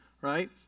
right